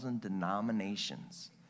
denominations